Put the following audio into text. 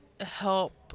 help